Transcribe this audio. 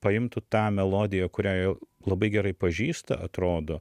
paimtų tą melodiją kurią jau labai gerai pažįsta atrodo